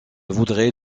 voudrais